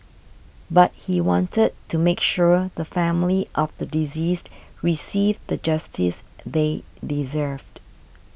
but he wanted to make sure the family of the deceased received the justice they deserved